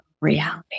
reality